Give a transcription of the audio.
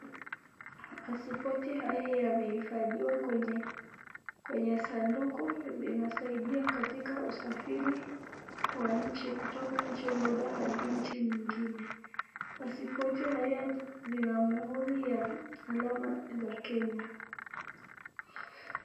Pasipoti haya yamehifadhiwa kwenye sanduku, zinasaidia katika usafiri wa nchi kutoka nchi moja hadi nchi nyingine. Pasipoti haya zina muhuri ya alama za Kenya.